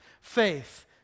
faith